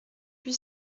huit